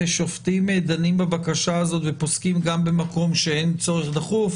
ושופטים דנים בבקשה הזאת ופוסקים גם במקום שאין צורך דחוף,